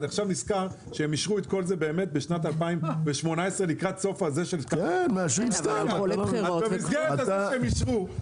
אני נזכר עכשיו שהם אישרו את כל זה בשנת 2018. במסגרת הזאת שהם אישרו,